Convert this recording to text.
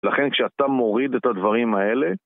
לכן כשאתה מוריד את הדברים האלה...